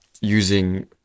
using